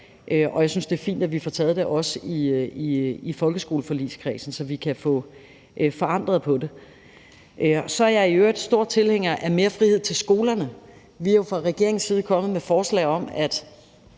og jeg synes, det er fint, at vi får taget det også i folkeskoleforligskredsen, så vi kan få ændret på det. Så er jeg i øvrigt stor tilhænger af mere frihed til skolerne. Vi er jo fra regeringens side kommet med forslag om at